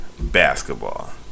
basketball